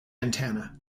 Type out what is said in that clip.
antenna